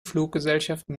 fluggesellschaften